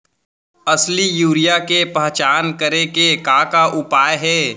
असली यूरिया के पहचान करे के का उपाय हे?